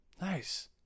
Nice